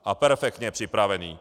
A perfektně připravený.